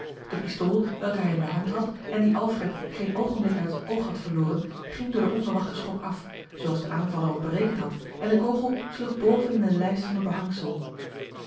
de pistool welke hij in de hand had en die alfred geen oogenblik uit het oog had verloren ging door den onverwachten schok af zoo als de aanvaller ook berekend had en de kogel sloeg boven in de lijst van het behangsel